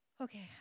Okay